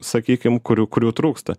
sakykim kurių kurių trūksta